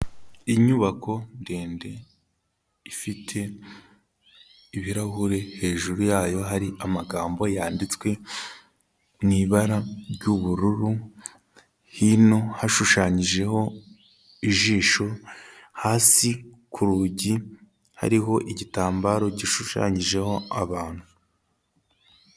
Inyubako ndende, ifite ibirahure hejuru yayo hari amagambo yanditswe mu ibara ry'ubururu, hino hashushanyijeho ijisho, hasi ku rugi hariho igitambaro gishushanyijeho abantu.